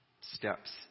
steps